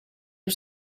you